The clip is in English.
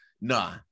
nah